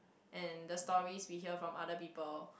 and the stories we hear from other people